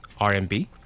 RMB